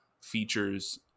features